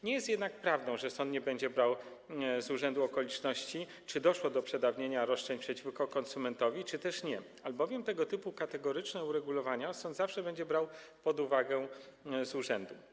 Nie jest jednak prawdą, że sąd nie będzie brał pod uwagę z urzędu okoliczności, czy doszło do przedawnienia roszczeń przeciwko konsumentowi czy też nie, albowiem tego typu kategoryczne uregulowania sąd zawsze będzie brał pod uwagę z urzędu.